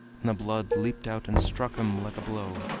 and the blood leaped out and struck him like a blow.